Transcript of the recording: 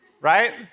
right